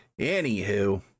Anywho